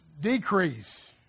decrease